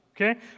Okay